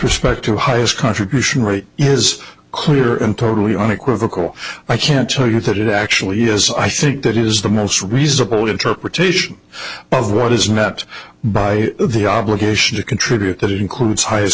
respect to the highest contribution rate is clear and totally unequivocal i can't tell you that it actually is i think that is the most reasonable interpretation of what is met by the obligation to contribute that includes highest